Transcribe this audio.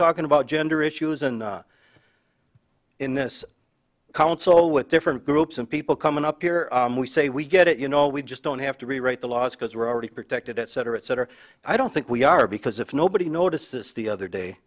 talking about gender issues and in this council with different groups of people coming up here we say we get it you know we just don't have to rewrite the laws because we're already protected et cetera et cetera i don't think we are because if nobody notices the other day